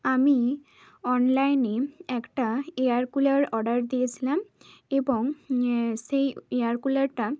আমি অনলাইনে একটা এয়ার কুলার অর্ডার দিয়েছিলাম এবং সেই এয়ার কুলারটা